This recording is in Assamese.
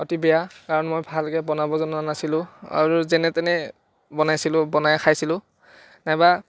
অতি বেয়া কাৰণ মই ভালকৈ বনাব জনা নাছিলোঁ আৰু যেনে তেনে বনাইছিলোঁ বনাই খাইছিলোঁ নাইবা